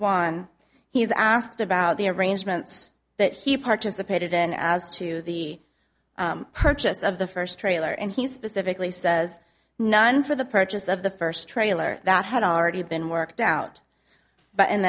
one he's asked about the arrangements that he participated in as to the purchase of the first trailer and he specifically says none for the purchase of the first trailer that had already been worked out but and